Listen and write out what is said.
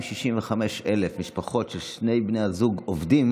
265,000 משפחות שבהן שני בני הזוג עובדים